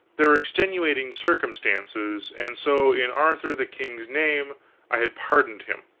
there were extenuating circumstances, and so in arthur the king's name i had pardoned him.